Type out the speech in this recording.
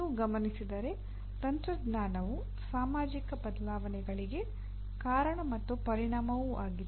ನೀವು ಗಮನಿಸಿದರೆ ತಂತ್ರಜ್ಞಾನವು ಸಾಮಾಜಿಕ ಬದಲಾವಣೆಗಳಿಗೆ ಕಾರಣ ಮತ್ತು ಪರಿಣಾಮವೂ ಆಗಿದೆ